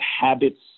habits